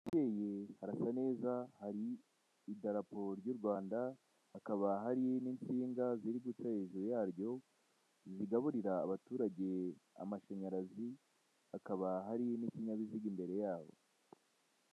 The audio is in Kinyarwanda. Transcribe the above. Ababyeyi barasa neza hari idaraporo ry'u Rwanda hakaba hari n'insinga ziri gutera hejuru yaryo zigaburira abaturage amashanyarazi hakaba hari n'ikinyabiziga imbere yabo.